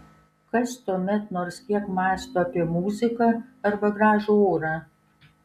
kas tuomet nors kiek mąsto apie muziką arba gražų orą